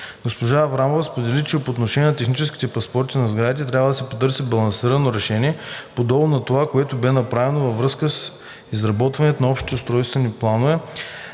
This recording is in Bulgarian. Госпожа Аврамова сподели, че по отношение на техническите паспорти на сградите трябва да се потърси балансирано решение, подобно на това, което бе направено във връзка с изработването на общите устройствени планове